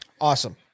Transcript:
awesome